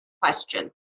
question